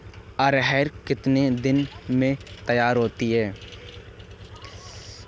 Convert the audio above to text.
अरहर कितनी दिन में तैयार होती है?